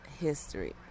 history